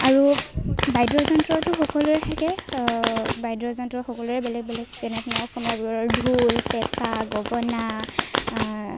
আৰু বাদ্য যন্ত্ৰটো সকলোৰে থাকে বাদ্য যন্ত্ৰ সকলোৰে বেলেগ বেলেগ যেনে ধৰক অসমীয়াবোৰৰ ঢোল পেঁপা গগনা